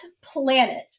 planet